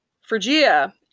Phrygia